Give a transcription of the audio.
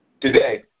Today